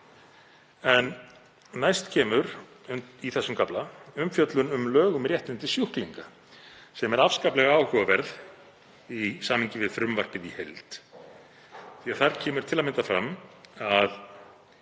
Næst kemur í þessum kafla umfjöllun um lög um réttindi sjúklinga sem er afskaplega áhugaverð í samhengi við frumvarpið í heild. Þar kemur til að mynda fram að